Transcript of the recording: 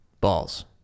Balls